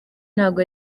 ntabwo